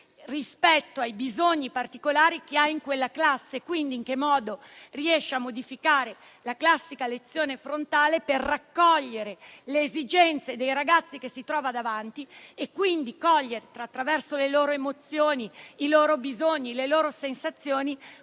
rispetto ai bisogni particolari che ha in quella classe; quindi in che modo riesce a modificare la classica lezione frontale per raccogliere le esigenze dei ragazzi che si trova davanti e cogliere, attraverso le loro emozioni, i loro bisogni e le loro sensazioni